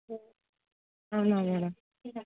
అవునా మ్యాడమ్